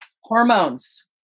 hormones